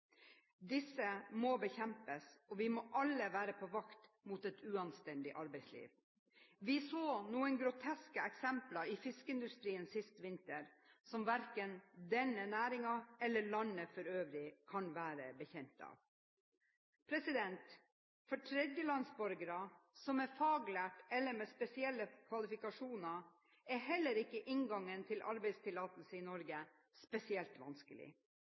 Disse må bekjempes, og vi må alle være på vakt mot et uanstendig arbeidsliv. Vi så noen groteske eksempler i fiskeindustrien sist vinter som verken denne næringen eller landet for øvrig kan være bekjent av. For tredjelandsborgere som er faglært eller har spesielle kvalifikasjoner, er heller ikke inngangen til arbeidstillatelse i Norge spesielt vanskelig.